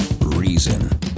Reason